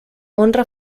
honra